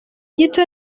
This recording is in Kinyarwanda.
gito